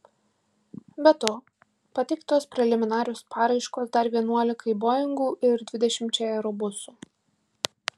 be to pateiktos preliminarios paraiškos dar vienuolikai boingų ir dvidešimčiai aerobusų